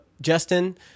Justin –